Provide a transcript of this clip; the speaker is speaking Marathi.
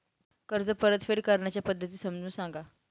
कर्ज परतफेड करण्याच्या पद्धती समजून सांगा